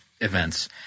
events